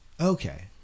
Okay